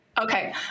Okay